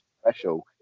special